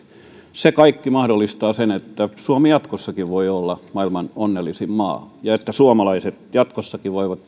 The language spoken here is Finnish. se kaikki mahdollistaa sen että suomi jatkossakin voi olla maailman onnellisin maa ja että suomalaiset jatkossakin voivat